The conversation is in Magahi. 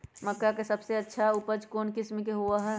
मक्का के सबसे अच्छा उपज कौन किस्म के होअ ह?